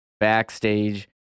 Backstage